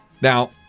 Now